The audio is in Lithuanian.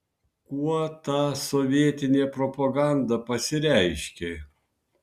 kuo ta sovietinė propaganda pasireiškė